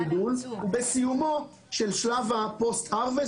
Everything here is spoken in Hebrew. בסיומו של שלב הפוסט הרווסט,